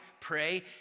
pray